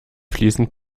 fließend